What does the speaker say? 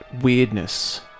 weirdness